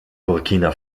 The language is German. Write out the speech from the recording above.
burkina